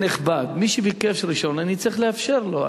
הנכבד, מי שביקש ראשון, אני צריך לאפשר לו.